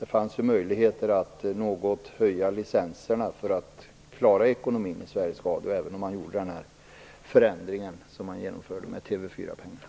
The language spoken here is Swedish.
Det fanns ju möjlighet att något höja licenserna för att klara ekonomin i Sveriges Radio, även om man gjorde den förändring som man genomförde med TV 4-pengarna.